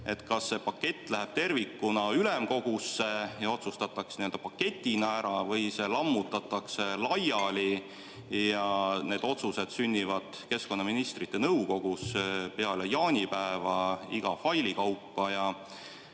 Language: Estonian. Kas see pakett läheb tervikuna ülemkogusse ja otsustatakse nii-öelda paketina ära või see lammutatakse laiali ja need otsused sünnivad keskkonnaministrite nõukogus peale jaanipäeva, iga faili kaupa?